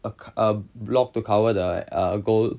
a block to cover the goal